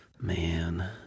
man